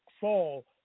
fall